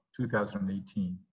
2018